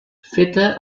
feta